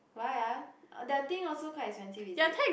why [ah]their thing also quite expensive is it